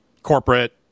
corporate